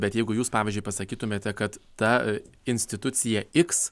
bet jeigu jus pavyzdžiui pasakytumėte kad ta institucija x